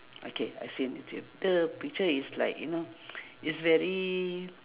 okay I see in youtube the picture is like you know it's very